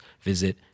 visit